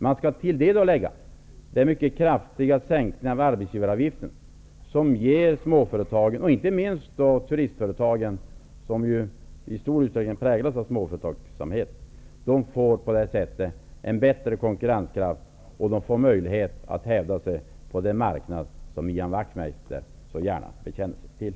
Man skall till detta lägga den mycket kraftiga sänkningen av arbetsgivaravgiften som ger småföretagen -- inte minst turistföretagen, som ju i stor utsträckning är småföretag -- en bättre konkurrenskraft och möjlighet att hävda sig på den marknad som Ian Wachtmeister så gärna bekänner sig till.